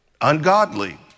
ungodly